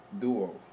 duo